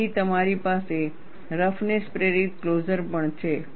પછી તમારી પાસે રફનેસ પ્રેરિત ક્લોઝર પણ છે